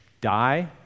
die